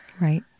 Right